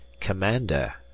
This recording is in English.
Commander